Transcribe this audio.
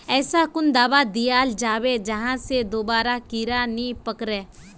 ऐसा कुन दाबा दियाल जाबे जहा से दोबारा कीड़ा नी पकड़े?